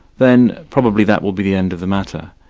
then probably that will be the end of the matter.